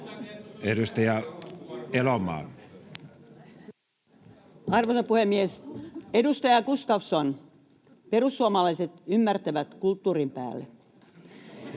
Content: Arvoisa puhemies! Edustaja Gustafsson, perussuomalaiset ymmärtävät kulttuurin päälle.